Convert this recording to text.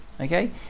Okay